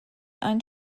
ein